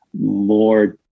more